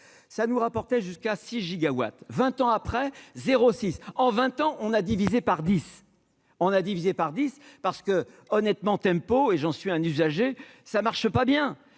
ça nous rapportait jusqu'à 6 gigawatts 20 ans après 06 en 20 ans on a divisé par 10 on a divisé par 10 parce que honnêtement Tempo et j'en suis un usager ça marche pas bien